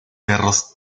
perros